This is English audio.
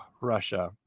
Russia